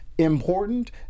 Important